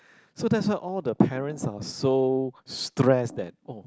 so that's why all the parents are so stressed that oh